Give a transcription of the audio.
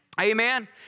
Amen